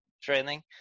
training